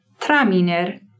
Traminer